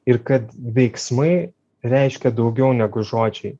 ir kad veiksmai reiškia daugiau negu žodžiai